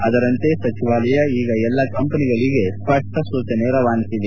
ಅದರಂತೆ ಸಚಿವಾಲಯ ಈಗ ಎಲ್ಲ ಕಂಪನಿಗಳಿಗೆ ಸ್ವಷ್ಟ ಸೂಚನೆ ರವಾನಿಸಿದೆ